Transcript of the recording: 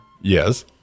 Yes